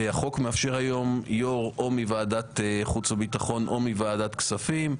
החוק מאפשר היום יו"ר או מוועדת חוץ וביטחון או מוועדת כספים.